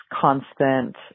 constant